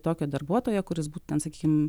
tokio darbuotojo kuris būtent sakykim